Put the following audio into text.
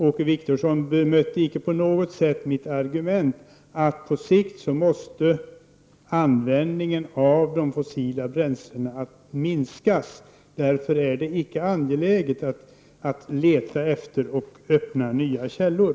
Åke Wictorsson har inte på något sätt bemött mitt argument att användningen av fossila bränslen i Sverige på sikt måste minskas. Därför är det inte angeläget att leta efter eller öppna nya källor.